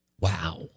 Wow